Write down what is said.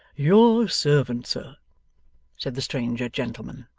your servant, sir said the stranger gentleman.